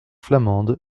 flamande